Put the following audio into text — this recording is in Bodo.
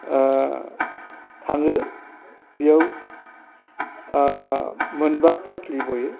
थाङो बेयाव मोनबा फाथ्लि बयो